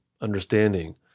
understanding